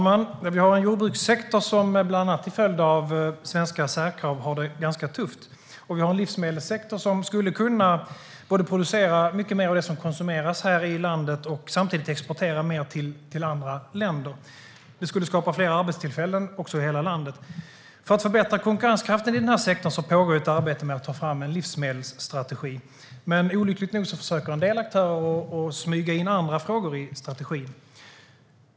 Herr talman! Jordbrukssektorn har bland annat på grund av svenska särkrav det tufft. Livsmedelssektorn skulle kunna producera mer av det som konsumeras i landet och samtidigt exportera mer till andra länder. Det skulle skapa fler arbetstillfällen i hela landet. För att förbättra konkurrenskraften i sektorn pågår ett arbete med att ta fram en livsmedelsstrategi, men olyckligt nog försöker en del aktörer att smyga in andra frågor i strategin.